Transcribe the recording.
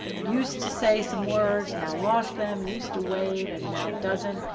used to say some words, now lost them, used to wave and now doesn't,